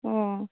ও